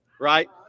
right